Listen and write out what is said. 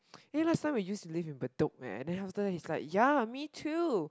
eh last time we used to live in Bedok eh and then after that he's like ya me too